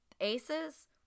aces